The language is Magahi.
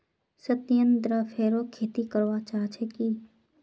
सत्येंद्र फेरो खेती करवा चाह छे की